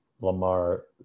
Lamar